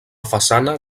façana